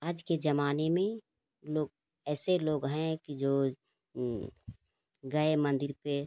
आज के जमाने में लोग ऐसे लोग हैं कि जो गए मंदिर पर